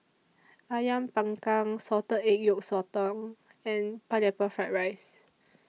Ayam Panggang Salted Egg Yolk Sotong and Pineapple Fried Rice